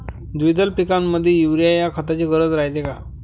द्विदल पिकामंदी युरीया या खताची गरज रायते का?